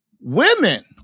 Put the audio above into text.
Women